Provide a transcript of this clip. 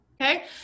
Okay